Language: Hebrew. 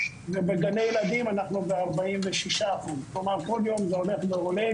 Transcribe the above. ובגני ילדים אנחנו ב- 46%. כלומר כל יום זה הולך ועולה,